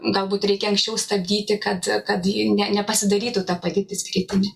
galbūt reikia anksčiau stabdyti kad kad ne nepasidarytų ta padėtis kritinė